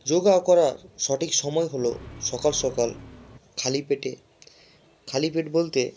যোগা করার সঠিক সময় হলো সকাল সকাল খালি পেটে খালি পেট বলতে